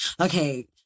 okay